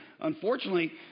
Unfortunately